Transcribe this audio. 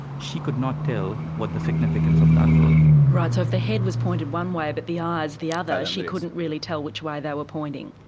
she could not tell what the significance of that was. right, so if the head was pointed one way but the eyes the other, she couldn't really tell which way they were pointing.